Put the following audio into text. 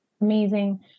Amazing